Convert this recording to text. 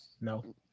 No